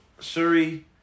Shuri